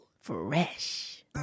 Fresh